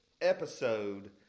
episode